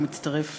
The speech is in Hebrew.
הוא מצטרף